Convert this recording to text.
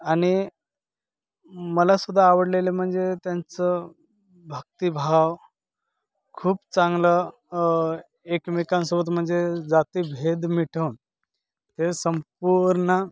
आणि मलासुद्धा आवडलेलं म्हणजे त्यांचं भक्तीभाव खूप चांगलं एकमेकांसोबत म्हणजे जातीभेद मिटवून ते संपूर्ण